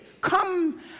come